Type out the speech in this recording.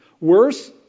Worse